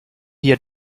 hier